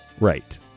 right